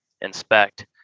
inspect